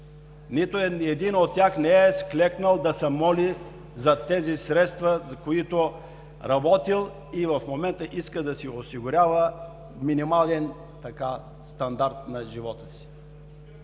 Нито един от тях не е клекнал да се моли за тези средства, за които е работил и в момента иска да си осигурява минимален стандарт на живот. Ние